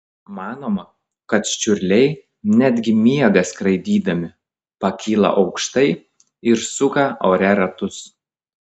manoma kad čiurliai netgi miega skraidydami pakyla aukštai ir suka ore ratus